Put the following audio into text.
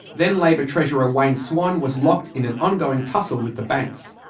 then labor treasurer wayne swan was locked in an ongoing tussle with the banks.